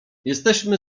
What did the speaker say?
jesteśmy